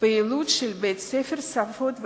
פעילותו של בית-הספר "שפות ותרבויות"